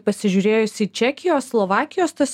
pasižiūrėjus į čekijos slovakijos tas